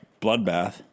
bloodbath